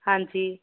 ਹਾਂਜੀ